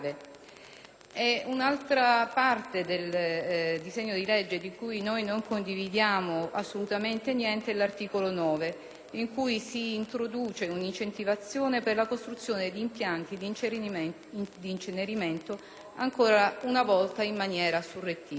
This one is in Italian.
Un'altra parte del disegno di legge di cui non condividiamo assolutamente niente è l'articolo 9, in cui si introduce un'incentivazione per la costruzione di impianti di incenerimento ancora una volta in maniera surrettizia.